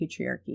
patriarchy